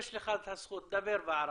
יש לך את הזכות, דבר בערבית.